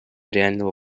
реального